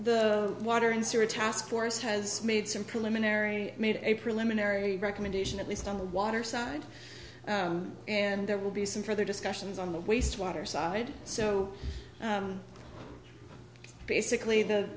the water in syria task force has made some preliminary made a preliminary recommendation at least on the water side and there will be some further discussions on the wastewater side so basically the